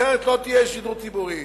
אחרת לא יהיה שידור ציבורי.